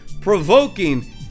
provoking